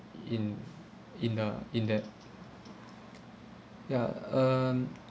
in in the in the ya um